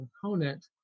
component